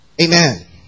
Amen